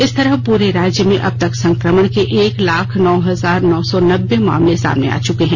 इस तरह पूरे राज्य में अबतक संक्रमण के एक लाख नौ हजार नौ सौ नब्बे मामले सामने आ चुके हैं